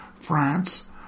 France